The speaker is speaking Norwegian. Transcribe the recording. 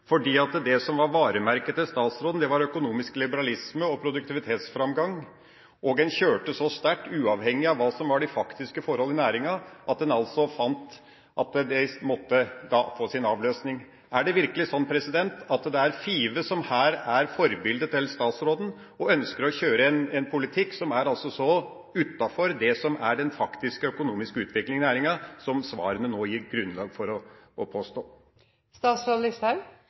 fordi varemerket til statsråden var økonomisk liberalisme og produktivitetsframgang. En kjørte så sterkt, uavhengig av hva som var de faktiske forhold i næringa, at en altså fant at det måtte få sin avløsning. Er det virkelig sånn – som svarene nå gir grunnlag for å påstå – at det er Five som her er forbildet til statsråden, og at hun ønsker å kjøre en politikk som altså er så utenfor det som er den faktiske økonomiske utviklinga i næringa? Nei, det som ligger til grunn for